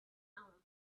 now